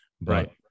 Right